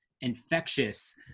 infectious